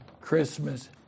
Christmas